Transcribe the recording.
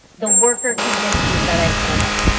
the worker conditions that i found.